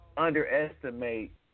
underestimate